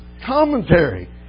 commentary